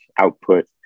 output